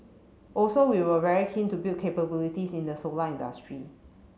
also we were very keen to build capabilities in the solar industry